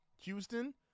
Houston